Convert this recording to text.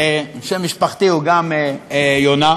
ושם משפחתי הוא גם יונה,